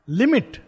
limit